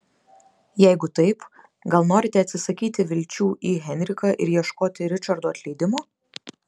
jeigu taip gal norite atsisakyti vilčių į henriką ir ieškoti ričardo atleidimo